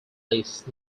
least